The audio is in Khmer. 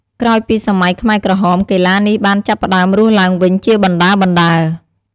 ក្រោយពីសម័យខ្មែរក្រហម កីឡានេះបានចាប់ផ្តើមរស់ឡើងវិញជាបណ្តើរៗ។